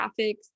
graphics